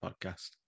Podcast